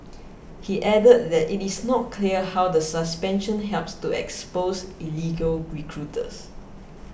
he added that it is not clear how the suspension helps to expose illegal recruiters